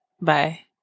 bye